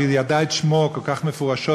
והיא ידעה את שמו כל כך מפורשות,